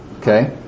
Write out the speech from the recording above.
Okay